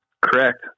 Correct